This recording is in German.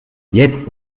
jetzt